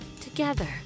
together